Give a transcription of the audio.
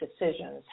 decisions